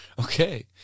Okay